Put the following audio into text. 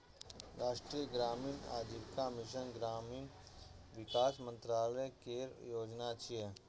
राष्ट्रीय ग्रामीण आजीविका मिशन ग्रामीण विकास मंत्रालय केर योजना छियै